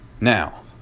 Now